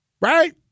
Right